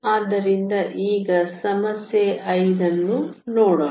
ಆದ್ದರಿಂದ ಈಗ ಸಮಸ್ಯೆ 5 ಅನ್ನು ನೋಡೋಣ